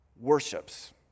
worships